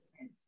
Yes